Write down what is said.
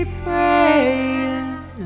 praying